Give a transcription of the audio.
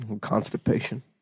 constipation